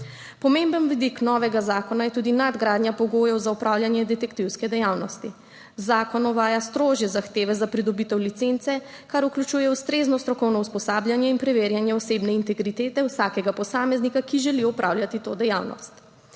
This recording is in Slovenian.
Pomemben vidik novega zakona je tudi nadgradnja pogojev za opravljanje detektivske dejavnosti. Zakon uvaja strožje zahteve za pridobitev licence, kar vključuje ustrezno strokovno usposabljanje in preverjanje osebne integritete vsakega posameznika, ki želi opravljati to dejavnost.